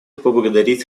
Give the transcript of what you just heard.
поблагодарить